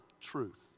truth